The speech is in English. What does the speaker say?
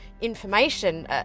information